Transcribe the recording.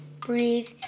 breathe